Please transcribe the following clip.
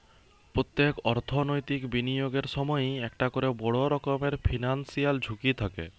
পোত্তেক অর্থনৈতিক বিনিয়োগের সময়ই একটা কোরে বড় রকমের ফিনান্সিয়াল ঝুঁকি থাকে